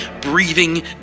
breathing